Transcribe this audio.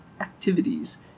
activities